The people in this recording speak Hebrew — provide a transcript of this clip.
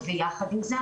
יחד עם זה,